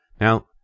Now